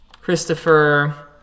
Christopher